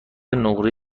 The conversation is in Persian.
نقره